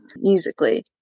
musically